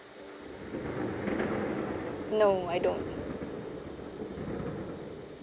no I don't